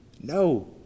No